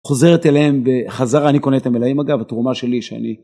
חוזרת אליהם וחזרה אני קונה את המלאים אגב התרומה שלי שאני.